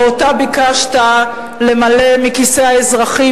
ואותה ביקשת למלא מכיסי האזרחים,